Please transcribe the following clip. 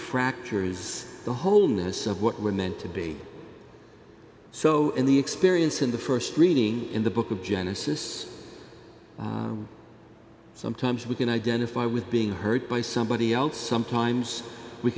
fractures the wholeness of what we're meant to be so in the experience in the st reading in the book of genesis sometimes we can identify with being hurt by somebody else sometimes we